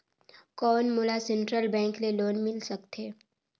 कौन मोला central bank ले लोन मिल सकथे?